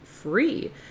free